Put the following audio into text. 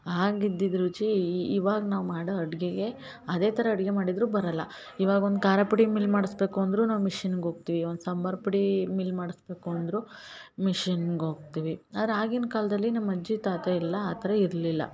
ಆಗ ಇದ್ದಿದ್ದ ರುಚಿ ಇವಾಗ ನಾವು ಮಾಡೋ ಅಡುಗೆಗೆ ಅದೇ ಥರ ಅಡುಗೆ ಮಾಡಿದರೂ ಬರಲ್ಲ ಇವಾಗ ಒಂದು ಖಾರ ಪುಡಿ ಮಿಲ್ ಮಾಡಿಸ್ಬೇಕು ಅಂದರೂ ನಾವು ಮಿಷಿನ್ಗೆ ಹೋಗ್ತಿವಿ ಒಂದು ಸಾಂಬಾರು ಪುಡಿ ಮಿಲ್ ಮಾಡಿಸ್ಬೇಕು ಅಂದರೂ ಮಿಷಿನ್ಗೆ ಹೋಗ್ತಿವಿ ಆದರೆ ಆಗಿನ ಕಾಲದಲ್ಲಿ ನಮ್ಮ ಅಜ್ಜಿ ತಾತ ಎಲ್ಲ ಆ ಥರ ಇರಲಿಲ್ಲ